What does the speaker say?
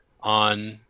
on